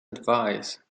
advice